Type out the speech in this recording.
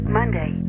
Monday